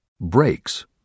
Breaks